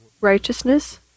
righteousness